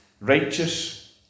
righteous